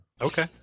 Okay